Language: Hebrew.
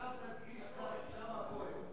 תדגיש "שאמה כהן",